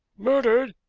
murdered!